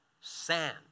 sand